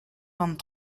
vingt